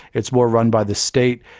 it's more run by the state.